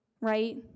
right